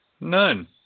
None